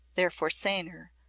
therefore saner,